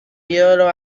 ídolo